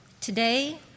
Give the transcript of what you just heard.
Today